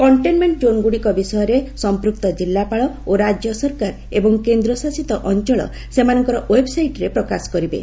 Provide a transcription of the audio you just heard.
containment ଜୋନ୍ଗୁଡ଼ିକ ବିଷୟରେ ସମ୍ପୃକ୍ତ ଜିଲ୍ଲାପାଳ ଓ ରାଜ୍ୟ ସରକାର ଏବଂ କେନ୍ଦ୍ରଶାସିତ ଅଞ୍ଚଳ ସେମାନଙ୍କର ଓ୍ବେବ୍ସାଇଟ୍ରେ ପ୍ରକାଶ କରିବେ